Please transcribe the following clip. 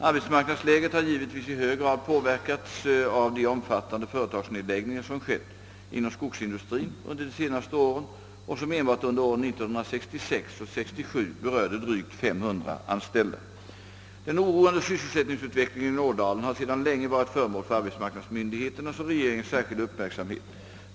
Arbetsmarknadsläget har givetvis i hög grad påverkats av de omfattande företagsnedläggningar som skett inom skogsindustrin under de senaste åren och som enbart under åren 1966 och 1967 berörde drygt 500 anställda. Den oroande sysselsättningsutvecklingen i Ådalen har sedan länge varit föremål för arbetsmarknadsmyndigheternas och regeringens särskilda uppmärksamhet.